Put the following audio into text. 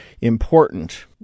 important